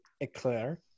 Eclair